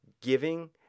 giving